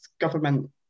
government